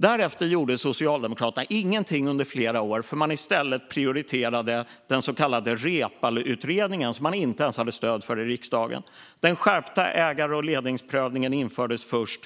Därefter gjorde Socialdemokraterna ingenting under flera år eftersom man i stället prioriterade den så kallade Reepalu-utredningen, som man inte ens hade stöd för i riksdagen. Den skärpta ägar och ledningsprövningen infördes först